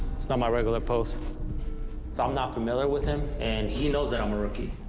so my regular post so i'm not familiar with him and he knows that i'm a rookie.